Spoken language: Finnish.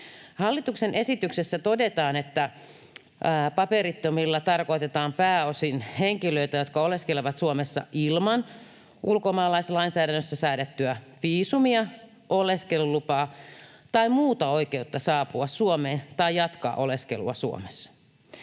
Hallituksen esityksessä todetaan, että paperittomilla tarkoitetaan pääosin henkilöitä, jotka oleskelevat Suomessa ilman ulkomaalaislainsäädännössä säädettyä viisumia, oleskelulupaa tai muuta oikeutta saapua Suomeen tai jatkaa oleskelua Suomessa.